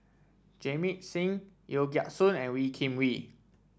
Jamit Singh Yeo Siak Goon and Wee Kim Wee